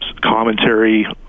commentary